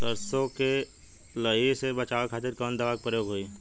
सरसो के लही से बचावे के खातिर कवन दवा के प्रयोग होई?